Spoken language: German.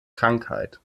krankheit